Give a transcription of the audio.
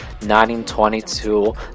1922